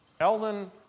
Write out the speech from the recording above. Eldon